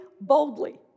boldly